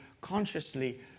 consciously